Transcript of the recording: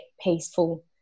peaceful